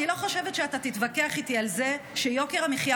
אני לא חושבת שאתה תתווכח איתי על זה שיוקר המחיה